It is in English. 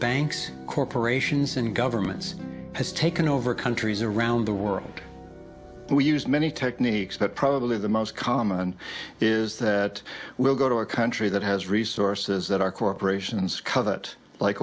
banks corporations and governments has taken over countries around the world and we use many techniques but probably the most common is that we'll go to a country that has resources that our corporations covet like